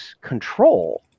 control